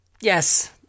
Yes